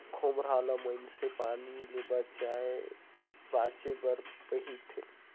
खोम्हरा ल मइनसे पानी ले बाचे बर पहिरथे